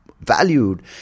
valued